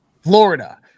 Florida